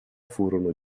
furono